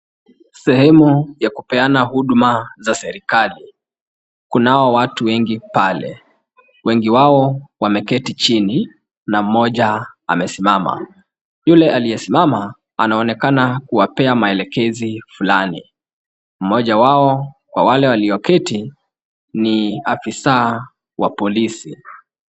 Sehemu ya kupeana huduma za serikali. Kunao watu wengi pale. Wengi wao wameketi chini na mmoja amesimama. Yule aliyesimama anaonekana kuwapea maelekezo fulani . Mmoja wao kwa wale walioketi ni afisa wa polisi.